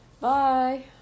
Bye